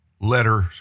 letters